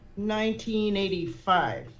1985